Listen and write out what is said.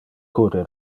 curre